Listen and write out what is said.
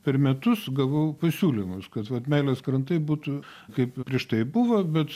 per metus gavau pasiūlymus kad vat meilės krantai būtų kaip prieš tai buvo bet